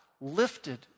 lifted